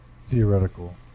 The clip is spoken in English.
theoretical